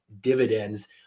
dividends